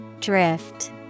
Drift